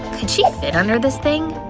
could she fit under this thing?